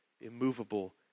immovable